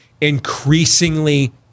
increasingly